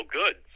good